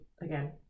again